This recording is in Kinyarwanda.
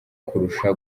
kurusha